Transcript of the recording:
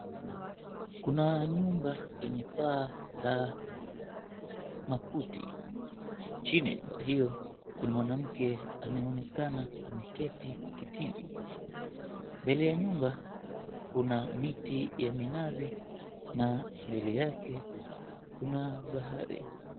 Kuna nyumba lenye paa la makuti. Chini ya nyumba hiyo, kuna mwanamke anaonekana ameketi kitini. Mbele ya nyumba kuna miti ya minazi na mbele yake kuna bahari.